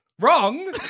Wrong